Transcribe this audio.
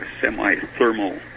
semi-thermal